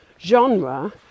genre